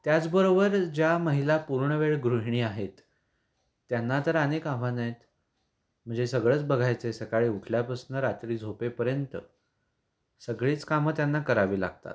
त्याचबरोबर ज्या महिला पूर्णवेळ गृहिणी आहेत त्यांना तर अनेक आव्हानं आहेत म्हणजे सगळंच बघायचं आहे सकाळी उठल्यापासून रात्री झोपेपर्यंत सगळीच कामं त्यांना करावी लागतात